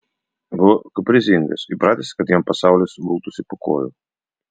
buvo kaprizingas įpratęs kad jam pasaulis gultųsi po kojų